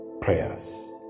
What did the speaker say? prayers